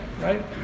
right